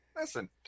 Listen